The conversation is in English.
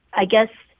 i guess,